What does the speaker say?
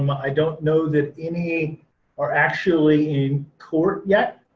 um i don't know that any are actually in court yet.